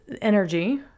energy